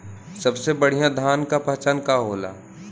सबसे बढ़ियां धान का पहचान का होला?